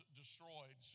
destroyed